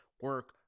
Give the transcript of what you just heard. Work